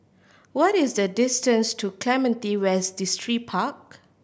what is the distance to Clementi West Distripark